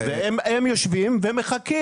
הם יושבים ומחכים,